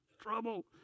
Trouble